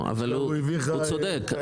הוא צודק.